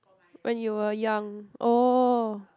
when you were young oh